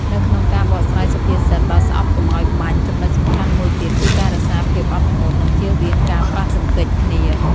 នៅក្នុងការបកស្រាយសុភាសិត "បើស្អប់កុំឲ្យបាញ់" ចំណុចសំខាន់មួយទៀតគឺការរក្សាភាពអត់ធ្មត់ និងជៀសវាងការប៉ះទង្គិចគ្នា។